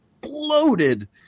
bloated